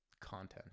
content